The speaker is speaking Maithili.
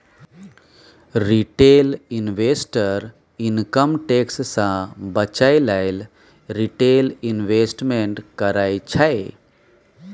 रिटेल इंवेस्टर इनकम टैक्स सँ बचय लेल रिटेल इंवेस्टमेंट करय छै